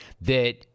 that-